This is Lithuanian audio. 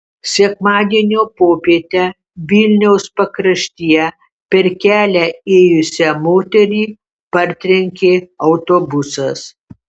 sekmadienio popietę vilniaus pakraštyje per kelią ėjusią moterį partrenkė autobusas